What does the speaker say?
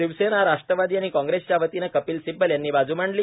शिवसेना राष्ट्रवादी आणि काँग्रेसच्या वतीनं कपिल सिब्बल यांनी बाजू मांडली